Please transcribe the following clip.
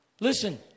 Listen